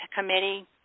committee